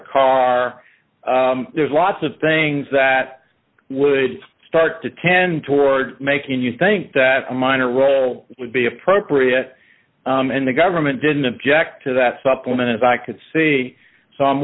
a car there's lots of things that would start to tend toward making you think that a minor role would be appropriate and the government didn't object to that supplement as i could see so i'm